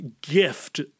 gift